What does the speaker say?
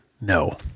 No